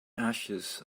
ashes